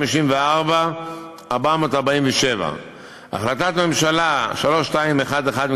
554,447. החלטת ממשלה 3211,